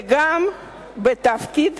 וגם בתפקוד